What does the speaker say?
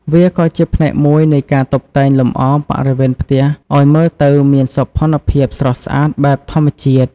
វាក៏ជាផ្នែកមួយនៃការតុបតែងលម្អបរិវេណផ្ទះឱ្យមើលទៅមានសោភ័ណភាពស្រស់ស្អាតបែបធម្មជាតិ។